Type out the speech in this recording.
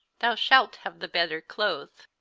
thou shalt have the better clothe.